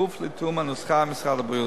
כפוף לתיאום נוסחה עם משרד הבריאות.